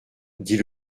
dit